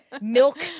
milk